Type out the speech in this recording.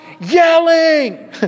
yelling